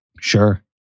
Sure